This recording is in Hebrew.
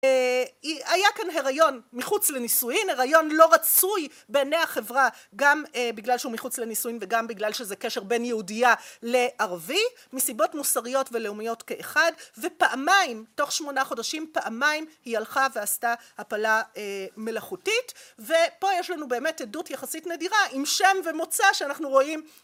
היה כאן הריון מחוץ לנישואין, הריון לא רצוי בעיני החברה גם בגלל שהוא מחוץ לנישואין וגם בגלל שזה קשר בין יהודייה לערבי, מסיבות מוסריות ולאומיות כאחד, ופעמיים, תוך שמונה חודשים פעמיים ,היא הלכה ועשתה הפלה מלאכותית. ופה יש לנו באמת עדות יחסית נדירה עם שם ומוצא שאנחנו רואים